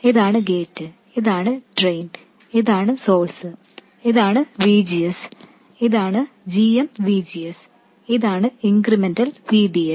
ഇതാണ് ഗേറ്റ് ഇതാണ് ഡ്രെയിൻ ഇതാണ് സോഴ്സ് ഇതാണ് V G S ഇതാണ് g m V G S ഇതാണ് ഇൻക്രിമെൻറൽ V D S